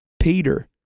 Peter